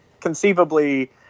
conceivably